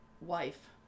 wife